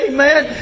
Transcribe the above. Amen